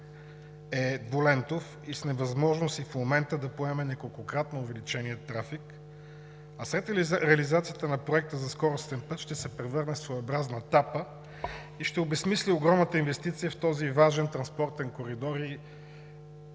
е двулентов и с невъзможност и в момента да поеме неколкократно увеличения трафик, а след реализацията на проекта за скоростен път ще се превърне в своеобразна тапа и ще обезсмисли огромната инвестиция в този важен транспортен коридор